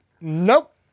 Nope